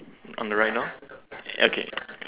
on the right now okay